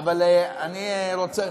אבל אני רוצה